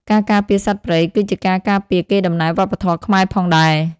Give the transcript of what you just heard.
ការការពារសត្វព្រៃគឺជាការការពារកេរដំណែលវប្បធម៌ខ្មែរផងដែរ។